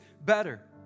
better